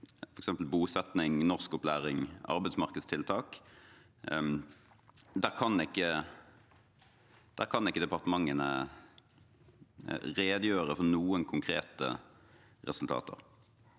f.eks. bosetting, norskopplæring og arbeidsmarkedstiltak, kan ikke departementene redegjøre for noen konkrete resultater.